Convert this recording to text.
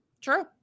true